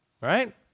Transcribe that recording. Right